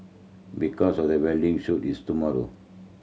because of the wedding shoot is tomorrow